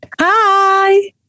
hi